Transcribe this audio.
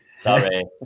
Sorry